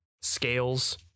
scales